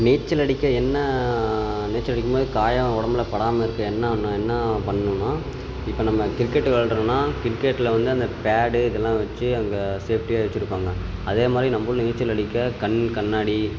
நீச்சல் அடிக்க என்ன நீச்சல் அடிக்கும் போது காயம் உடம்புல படாமல் இருக்க என்னென்ன என்ன பண்ணணுன்னால் இப்போ நம்ம கிரிக்கெட்டு விளையாட்றோன்னா கிரிக்கெட்டில் வந்து அந்த பேடு இதெல்லாம் வச்சு அங்கே சேஃப்டியாக வெச்சுருப்பாங்க அதே மாதிரி நம்மளும் நீச்சல் அடிக்கக் கண் கண்ணாடி